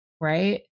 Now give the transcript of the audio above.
Right